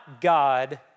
God